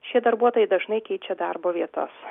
šie darbuotojai dažnai keičia darbo vietas